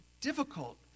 difficult